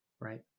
right